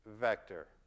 vector